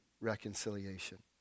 reconciliation